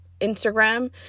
Instagram